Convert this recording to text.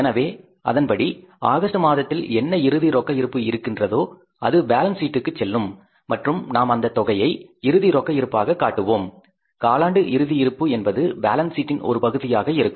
எனவே அதன்படி ஆகஸ்ட் மாதத்தில் என்ன க்ளோஸிங் கேஸ் பேலன்ஸ் இருக்கின்றதோ அது பேலன்ஸ் சீட்டுக்கு செல்லும் மற்றும் நாம் அந்த தொகையை இறுதி ரொக்க இருப்பாக காட்டுவோம் காலாண்டு க்ளோஸிங் கேஸ் பேலன்ஸ் என்பது பேலன்ஸ் சீட்டின் ஒரு பகுதியாக இருக்கும்